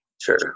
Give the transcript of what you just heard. sure